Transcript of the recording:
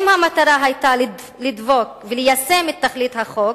אם המטרה היתה לדבוק וליישם את תכלית החוק,